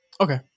okay